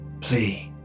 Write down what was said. please